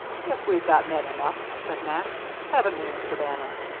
guess we've got men enough, said max. haven't we, mr. bannon?